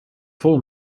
vol